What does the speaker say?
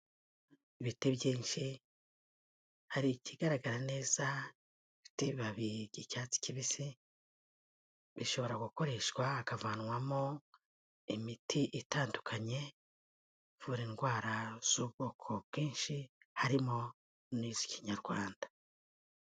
Ibiti byinshi hari ikigaragara neza gifite ibabi by'icyatsi kibisi, bishobora gukoreshwa hakavanwamo imiti itandukanye ivura indwara z'ubwoko bwinshi, harimo n'iz'Ikinyarwanda.